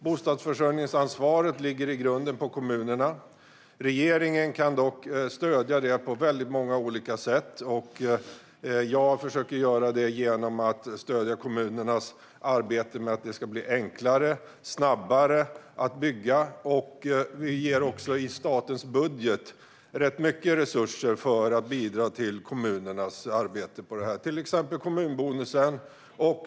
Bostadsförsörjningsansvaret ligger i grunden på kommunerna, men regeringen kan stödja dem på många olika sätt. Jag försöker att göra detta genom att stödja kommunernas arbete med att det ska bli enklare och gå snabbare att bygga. Vi avsätter ganska mycket resurser i statens budget för att bidra till kommunernas arbete på det här området, till exempel med kommunbonusen.